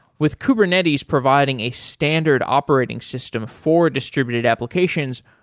with kubernetes providing a standard operating system for distributed applications,